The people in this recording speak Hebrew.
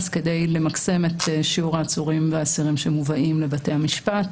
כדי למקסם את שיעור העצורים והאסירים שמובאים לבתי המשפט.